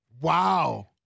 Wow